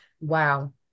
Wow